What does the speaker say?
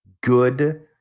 good